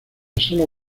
solo